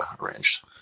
arranged